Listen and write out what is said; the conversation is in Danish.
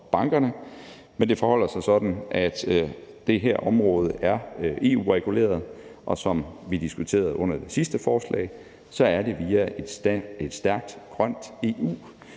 bankerne. Men det forholder sig sådan, at det her område er EU-reguleret, og som vi diskuterede under det sidste forslag, er det via et stærkt grønt EU,